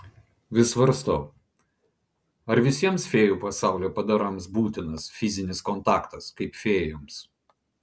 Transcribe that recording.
vis svarstau ar visiems fėjų pasaulio padarams būtinas fizinis kontaktas kaip fėjoms